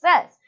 says